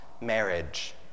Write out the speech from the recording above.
marriage